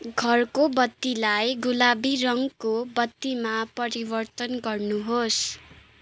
घरको बत्तीलाई गुलाबी रङको बत्तीमा परिवर्तन गर्नुहोस्